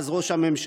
אז ראש הממשלה,